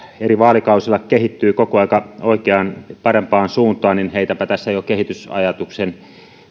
eri vaalikausilla kehittyy koko ajan oikeaan ja parempaan suuntaan niin heitänpä tässä jo kehitysajatuksen